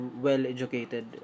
Well-educated